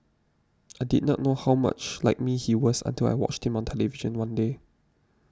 I did not know how much like me he was until I watched him on television one day